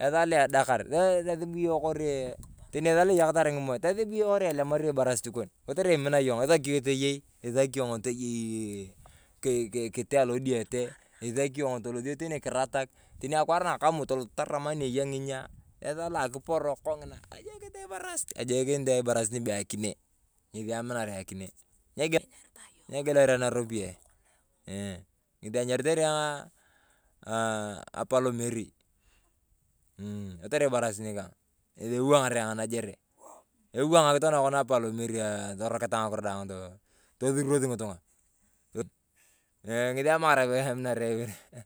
Esaa lo edakar tosibu yong kori eeh tani esaa lo eyakatar ng’imor, tasibu yong kori elemario ibarasit kon, kotere imani yong isaki toyei, isaki yong toyeeii ki ki kitee alodiyete. Isaki yong tolosio teni kiratak, teni akwaar na akamu toloto tarum ne eya ng'inyaa. Esaa loakiporo kong'ina kajokinit ayong ibarasit, kajoniki ayong ibarasit nibee akinee ng'esi aminar ayong akinee. Negee, eeh nyegielari ayong naropiyae eeh ng’esi enyaritae ayong aah apalomeri. Mmmh kotere ibarasit nikang ng'esi ewang’ar ayong anajere. Ewang'ar tokona kona apalomeri aah toroketaa ng'akiro daang. Tosuros ng'itung'a tot eeh ngesi emarage aminar ayong ber.